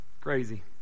Crazy